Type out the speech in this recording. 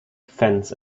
fens